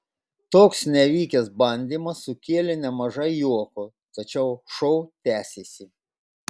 toks nevykęs bandymas sukėlė nemažai juoko tačiau šou tęsėsi